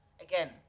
again